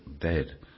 dead